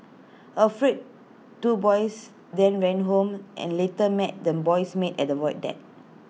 afraid two boys then ran home and later met the boy's maid at the void deck